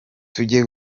tujye